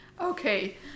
Okay